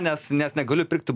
nes nes negaliu įpirkti